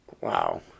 Wow